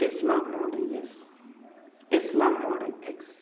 Tesla model S Tesla model X